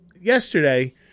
yesterday